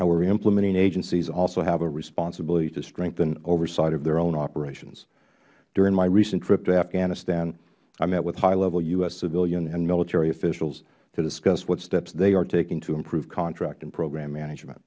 however the implementing agencies also have a responsibility to strengthen oversight of their own operations during my recent trip to afghanistan i met with high level u s civilian and military officials to discuss what steps they are taking to improve contract and program management